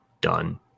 done